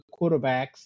quarterbacks